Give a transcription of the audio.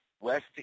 West